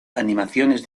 animaciones